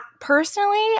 personally